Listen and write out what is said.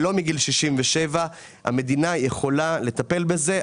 ולא מגיל 67. המדינה יכולה לטפל בזה.